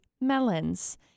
melons